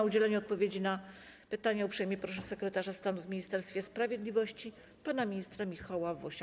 O udzielenie odpowiedzi na pytania uprzejmie proszę sekretarza stanu w Ministerstwie Sprawiedliwości pana ministra Michała Wosia.